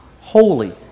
holy